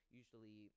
usually